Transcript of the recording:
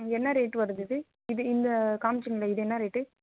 இது என்ன ரேட் வருது இது இது இந்த காமிச்சீங்களே இது என்ன ரேட்டு